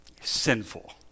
sinful